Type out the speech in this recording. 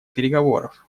переговоров